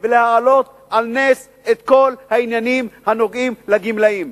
ולהעלות על נס את כל העניינים הנוגעים לגמלאים.